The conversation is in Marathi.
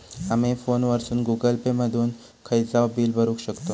आमी फोनवरसून गुगल पे मधून खयचाव बिल भरुक शकतव